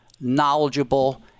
knowledgeable